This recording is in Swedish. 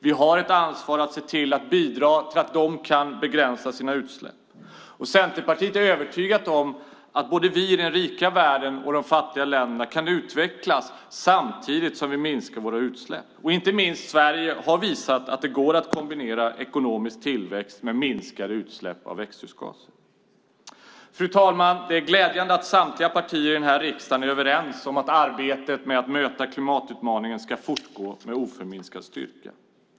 Vi har ett ansvar för att se till att bidra till att de kan begränsa sina utsläpp. Centerpartiet är övertygat om att både vi i den rika världen och de fattiga länderna kan utvecklas samtidigt som vi minskar våra utsläpp. Inte minst Sverige har visat att det går att kombinera ekonomisk tillväxt med minskade utsläpp av växthusgaser. Fru ålderspresident! Det är glädjande att samtliga partier i riksdagen är överens om att arbetet med att möta klimatutmaningen ska fortgå med oförminskad styrka.